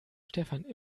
stefan